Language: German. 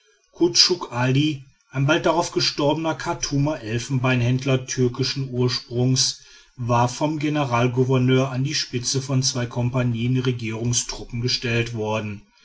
ein bald darauf gestorbener chartumer elfenbeinhändler türkischen ursprungs war vom generalgouverneur an die spitze von zwei kompanien regierungstruppen gestellt worden